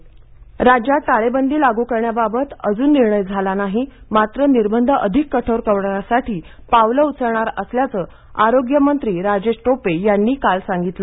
टोपे राज्यात टाळेबंदी लागू करण्याबाबत अजून निर्णय झाला नाही मात्र निर्बंध अधिक कठोर करण्यासाठी पावलं उचलणार असल्याचं आरोग्यमंत्री राजेश टोपे यांनी काल सांगितलं